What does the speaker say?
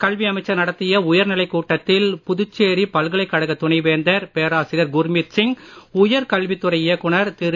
கல்வியமைச்சர் நடத்திய உயர்நிலைக் கூட்டத்தில் புதுச்சேரி பல்கலைக் கழக துணை வேந்தர் பேராசிரியர் குர்மித் சிங் உயர்கல்வித்துறை இயக்குனர் திரு